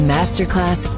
Masterclass